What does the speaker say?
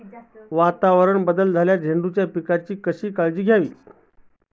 वातावरणात बदल झाल्यास झेंडूच्या पिकाची कशी काळजी घ्यावी?